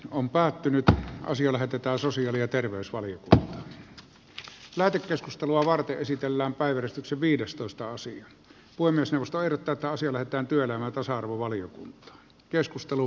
puhemiesneuvosto ehdottaa että asia lähetetään työelämä ja terveysvaliokunta lähetekeskustelua varten esitellään päivystyksen viidestoista asia voi myös nostaa erotetaan siellä teen työelämän tasa arvovaliokuntaan